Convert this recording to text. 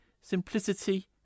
simplicity